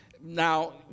Now